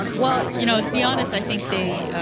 um well, you know, to be honest, i think they,